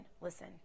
Listen